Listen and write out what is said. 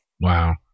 Wow